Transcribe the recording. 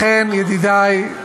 לכן, ידידי,